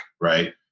right